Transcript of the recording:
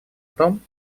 том